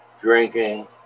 drinking